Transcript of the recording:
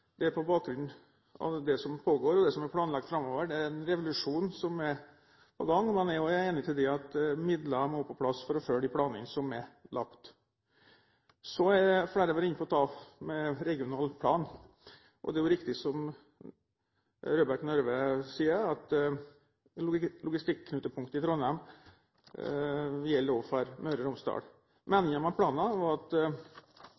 på bakgrunn av det som pågår, og det som er planlagt framover. Det er en revolusjon som er på gang. Men jeg hører med til dem som mener at midler må på plass for å følge de planene som er lagt. Så har flere vært inne på dette med regional plan. Det er riktig som representanten Røbekk Nørve sier, at logistikknutepunktet i Trondheim også gjelder for Møre og Romsdal.